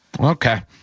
Okay